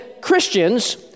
Christians